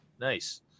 Nice